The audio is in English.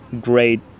great